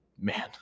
Man